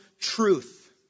truth